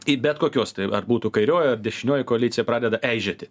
i bet kokios tai ar būtų kairioji ar dešinioji koalicija pradeda eižėti